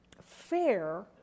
fair